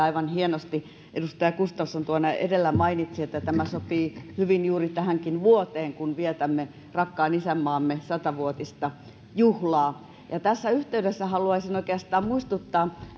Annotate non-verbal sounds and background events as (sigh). (unintelligible) aivan hienosti edustaja gustafsson edellä mainitsi että tämä sopii hyvin juuri tähänkin vuoteen kun vietämme rakkaan isänmaamme sata vuotista juhlaa tässä yhteydessä haluaisin oikeastaan muistuttaa